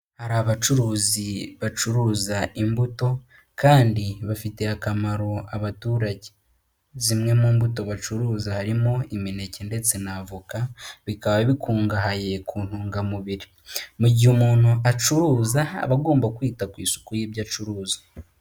Hari abacuruzi bacuruza imbuto, kandi bafitiye akamaro abaturage. Zimwe mu mbuto bacuruza harimo imineke ndetse n'avoka, bikaba bikungahaye ku ntungamubiri. Mu gihe umuntu acuruza aba agomba kwita ku isuku y'ibyo acuruza.